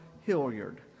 Hilliard